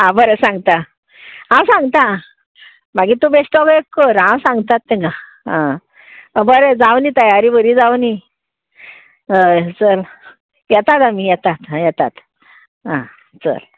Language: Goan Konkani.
आं बरें सांगता हांव सांगता मागीर तूं बेश्टो एक कर हांव सांगतात तेंगा आं बरें जावनी तयारी बरी जावनी हय चल येतात आमी येतात येतात आं चल